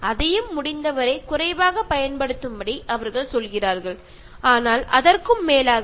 ഇത് വളരെ കുറച്ച് ഇന്ധനം ഉപയോഗിച്ച് യാത്ര ചെയ്യാവുന്ന മാർഗ്ഗം ആnb